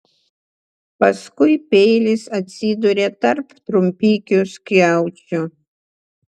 paskui peilis atsidūrė tarp trumpikių skiaučių